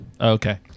Okay